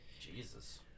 Jesus